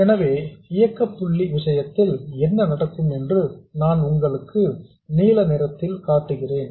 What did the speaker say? எனவே இயக்க புள்ளி விஷயத்தில் என்ன நடக்கும் என்று நான் உங்களுக்கு நீலநிறத்தில் காட்டுகிறேன்